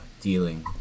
dealing